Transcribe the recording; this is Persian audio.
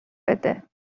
بده